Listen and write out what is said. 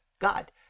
God